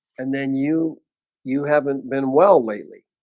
and then you you haven't been well lately